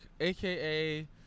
AKA